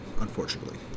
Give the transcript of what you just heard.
unfortunately